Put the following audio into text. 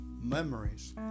memories